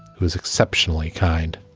who's exceptionally kind.